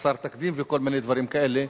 ו"חסר תקדים" וכל מיני דברים כאלה.